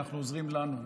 אנחנו עוזרים לנו,